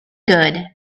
good